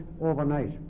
overnight